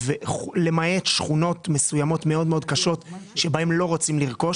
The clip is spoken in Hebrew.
למעט שכונות מסוימות מאד מאוד קשות בהן לא רוצים לרכוש